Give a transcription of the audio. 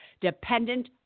dependent